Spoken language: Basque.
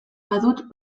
badut